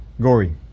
gory